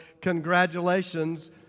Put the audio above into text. congratulations